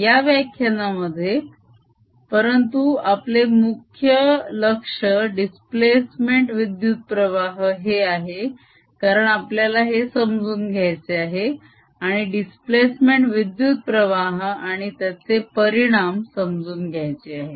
या व्याख्यानामध्ये परंतु आपले मुख्य लक्ष दिस्प्लेसमेंट विद्युत प्रवाह हे आहे कारण आपल्याला हे समजून घ्यायचे आहे आणि दिस्प्लेसमेंट विद्युत प्रवाह आणि त्याचे परिणाम समजून घ्यायचे आहेत